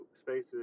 spaces